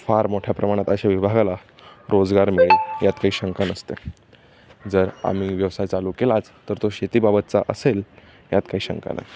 फार मोठ्या प्रमाणात अशा विभागाला रोजगार मिळेल यात काही शंका नसते जर आम्ही व्यवसाय चालू केलाच तर तो शेतीबाबतचा असेल यात काही शंका नाही